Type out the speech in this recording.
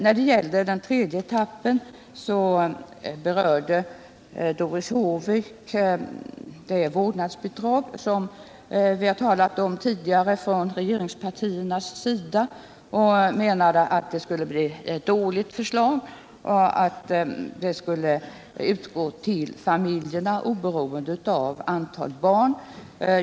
I samband med denna tredje etapp berörde Doris Håvik det vårdnadsbidrag som vi från regeringspartierna tidigare har talat om. Doris Håvik menade att det skulle vara ett dåligt förslag och att detta vårdnadsbidrag skulle utgå till familjerna oberoende av antalet barn.